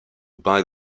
buy